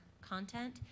content